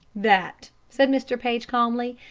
that, said mr. paige, calmly,